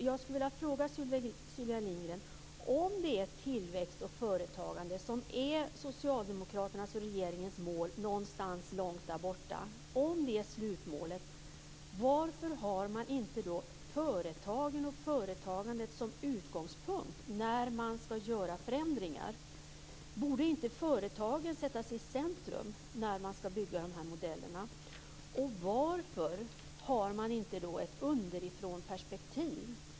Jag skulle vilja fråga Sylvia Lindgren: Om det är tillväxt och företagande som är Socialdemokraternas och regeringens slutmål någonstans långt där borta, varför har man då inte företagen och företagandet som utgångspunkt när man ska göra förändringar? Borde inte företagen sättas i centrum när man ska bygga de här modellerna? Och varför har man inte ett underifrånperspektiv?